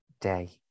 day